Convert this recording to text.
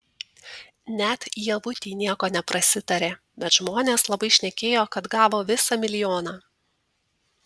net ievutei nieko neprasitarė bet žmonės labai šnekėjo kad gavo visą milijoną